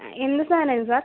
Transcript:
എന്ത് സാധനമായിരുന്നു സാർ